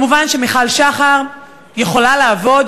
מובן שמיכל שחר יכולה לעבוד,